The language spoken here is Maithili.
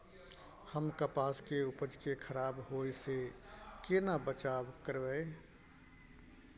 हम कपास के उपज के खराब होय से केना बचाव करबै?